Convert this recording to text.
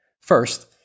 first